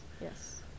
yes